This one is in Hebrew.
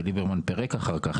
שליברמן פירק אחר כך,